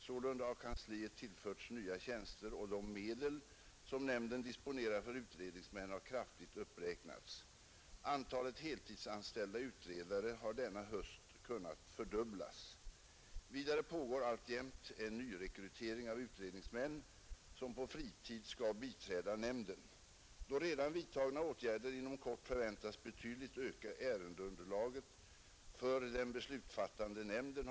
Salunds har kansliet tillförts nya tjänster och de medel som nämnden disponerar för utredningsmän har kraftigt uppråknats Antalet heltidsanställda utredare har denna höst kunnat fördubblas. Vidare pagar alltjämt en nyrekrytering av utredningsmän som på fritid skall biträda nämnden. Då redan vidtagna atgärder inom kort förväntas betydligt öka ärendeunderlaget för den beslutsfattande nämnden.